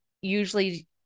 usually